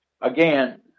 again